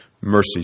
Mercy